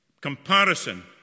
Comparison